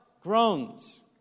groans